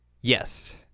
yes